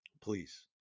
Please